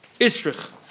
Istrich